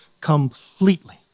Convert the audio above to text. completely